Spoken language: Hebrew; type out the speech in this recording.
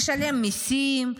לשלם מיסים,